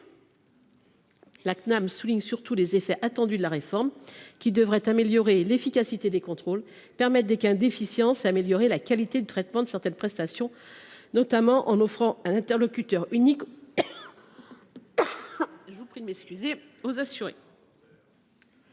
La Cnam souligne surtout les effets attendus de la réforme, qui devrait améliorer l’efficacité des contrôles, permettre un gain d’efficience et améliorer la qualité du traitement de certaines prestations, notamment en offrant un interlocuteur unique aux assurés.